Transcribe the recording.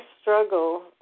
struggle